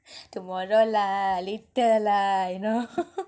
tomorrow lah later lah you know